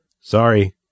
Sorry